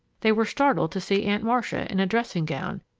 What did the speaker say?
they were startled to see aunt marcia, in a dressing-gown,